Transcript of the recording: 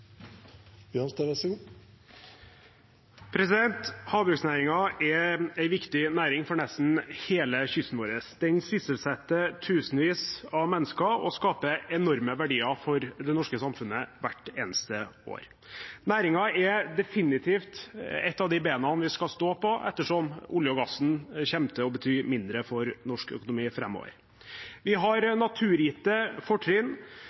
viktig næring for nesten hele kysten vår. Den sysselsetter tusenvis av mennesker og skaper enorme verdier for det norske samfunnet hvert eneste år. Næringen er definitivt et av de bena vi skal stå på, ettersom oljen og gassen kommer til å bety mindre for norsk økonomi framover. Vi har naturgitte fortrinn